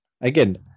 Again